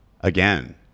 again